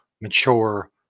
mature